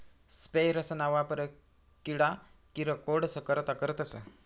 sprayers ना वापर किडा किरकोडस करता करतस